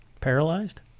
Paralyzed